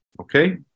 Okay